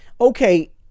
okay